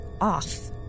off